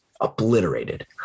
obliterated